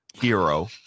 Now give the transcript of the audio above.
Hero